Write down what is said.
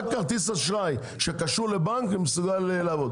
רק כרטיס אשראי שקשור לבנק מסוגל לעבוד,